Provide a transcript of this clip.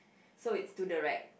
so it's to the right